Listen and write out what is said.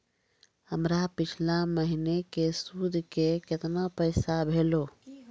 हमर पिछला महीने के सुध के केतना पैसा भेलौ?